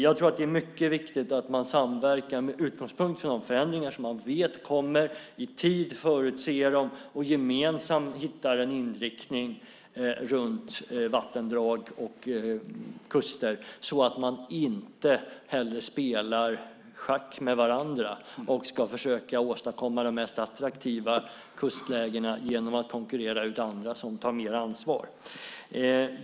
Jag tror att det är mycket viktigt att samverka med utgångspunkt från de förändringar som man vet kommer, att i tid förutse dem och att gemensamt hitta en inriktning beträffande vattendrag och kuster så att man inte spelar schack med varandra för att försöka åstadkomma de mest attraktiva kustlägena genom att konkurrera ut andra som tar mer ansvar.